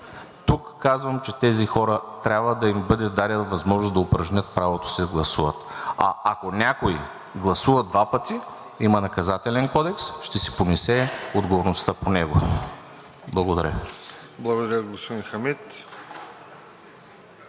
тук казвам, че тези хора трябва да им бъде дадена възможност да упражнят правото си да гласуват, а ако някой гласува два пъти – има Наказателен кодекс, ще си понесе отговорността по него. Благодаря. ПРЕДСЕДАТЕЛ РОСЕН